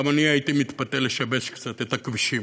גם אני הייתי מתפתה לשבש קצת את הכבישים.